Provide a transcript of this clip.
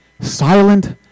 silent